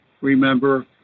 remember